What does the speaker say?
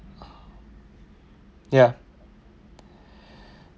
ya